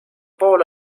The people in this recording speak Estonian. pool